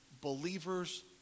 Believers